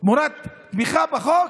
תמורת תמיכה בחוק?